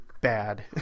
bad